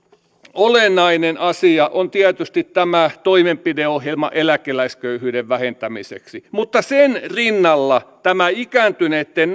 olennainen asia on tietysti tämä toimenpideohjelma eläkeläisköyhyyden vähentämiseksi mutta sen rinnalla ikääntyneitten